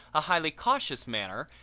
a highly cautious manner,